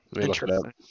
Interesting